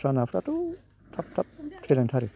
दस्रा नाफ्राथ' थाब थाब थैलांथारो